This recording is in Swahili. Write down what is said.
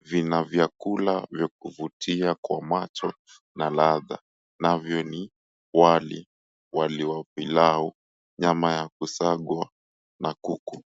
vina vyakula vya kuvutia kwa macho na ladha navyo ni wali, wali wa pilau, nyama ya kusagwa na kuku.